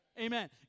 Amen